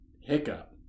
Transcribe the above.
hiccup